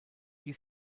die